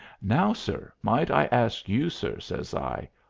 now, sir, might i ask you, sir, says i,